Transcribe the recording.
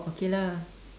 okay lah